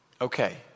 okay